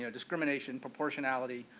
you know discrimination, proportionality